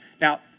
Now